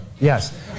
Yes